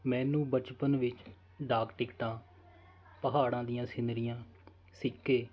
ਮੈਨੂੰ ਬਚਪਨ ਵਿੱਚ ਡਾਕ ਟਿਕਟਾਂ ਪਹਾੜਾਂ ਦੀਆਂ ਸਿਨਰੀਆਂ ਸਿੱਕੇ